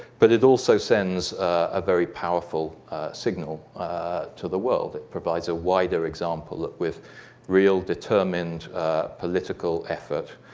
but it also sends a very powerful signal to the world. it provides a wider example with real, determined political effort,